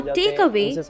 takeaway